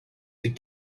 tik